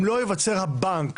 אם לא ייווצר בנק